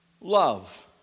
Love